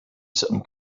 some